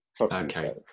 Okay